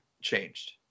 changed